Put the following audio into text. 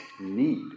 need